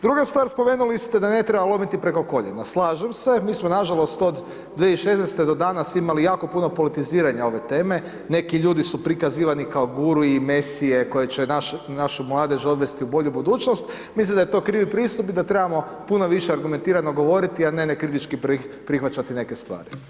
Druga stvar, spomenuli ste da ne treba lomiti preko koljena, slažem se, mi smo nažalost od 2016. do danas imali jako puno politiziranja ove teme, neki ljudi su prikazivani kao guru i mesije koje će našu mladež odvesti u bolju budućnost, mislim da je to krivi pristup i da trebamo puno više argumentirano govoriti, a ne nekritički prihvatiti, prihvaćati neke stvari.